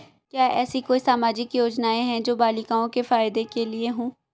क्या ऐसी कोई सामाजिक योजनाएँ हैं जो बालिकाओं के फ़ायदे के लिए हों?